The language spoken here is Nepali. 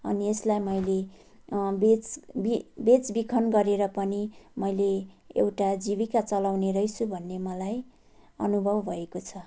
अनि यसलाई मैले बेच बे बेच बिखन गरेर पनि मैले एउटा जीविका चलाउने रहेछु भन्ने मलाई अनुभव भएको छ